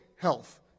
Health